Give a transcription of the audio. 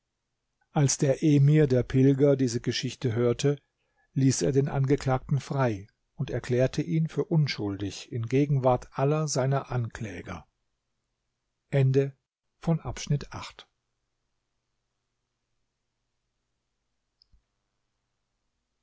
als der emir der pilger diese geschichte hörte ließ er den angeklagten frei und erklärte ihn für unschuldig in gegenwart aller seiner ankläger